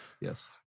yes